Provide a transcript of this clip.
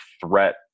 threat